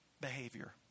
behavior